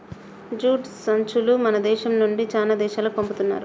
jute సంచులు మన దేశం నుండి చానా దేశాలకు పంపుతున్నారు